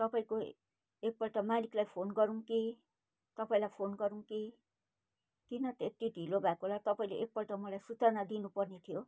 तपाईँको एकपल्ट मालिकलाई फोन गरौँ कि तपाईँलाई फोन गरौँ कि किन त्यति ढिलो भएको होला तपाईँले एकपल्ट मलाई सुचना दिनुपर्ने थियो